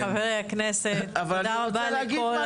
תודה רבה לחברי הכנסת, תודה רבה לכל אלה שהתארחו.